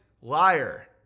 liar